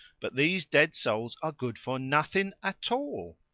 but these dead souls are good for nothing at all.